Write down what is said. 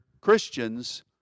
Christians